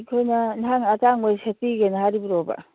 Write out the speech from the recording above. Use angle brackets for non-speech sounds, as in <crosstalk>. ꯑꯩꯈꯣꯏꯅ <unintelligible> ꯑꯇꯥꯡꯕ ꯑꯣꯏ ꯁꯦꯠꯄꯤꯒꯦꯅ ꯍꯥꯏꯔꯤꯕ꯭ꯔꯣꯕ